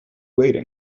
waiting